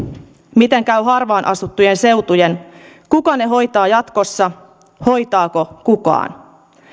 miten käy harvaan asuttujen seutujen kuka ne hoitaa jatkossa hoitaako kukaan